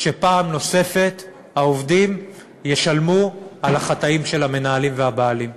אסור שפעם נוספת העובדים ישלמו על החטאים של המנהלים והבעלים,